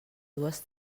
dues